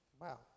Wow